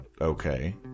Okay